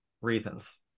reasons